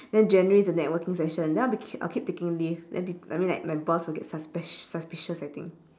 then january the networking session then I'll be I'll keep taking leave then people I mean like my boss will get suspi~ suspicious I think